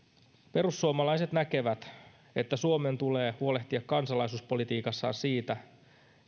perussuomalaiset näkevät että suomen tulee huolehtia kansalaisuuspolitiikassaan siitä